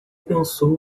pensou